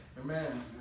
Amen